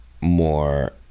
more